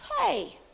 Hey